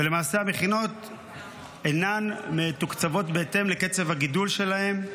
ולמעשה המכינות אינן מתוקצבות בהתאם לקצב הגידול שלהן.